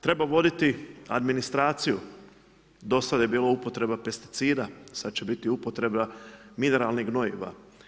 Treba voditi administraciju, do sada je bila upotreba pesticida, sada će biti upotreba mineralnih gnojiva.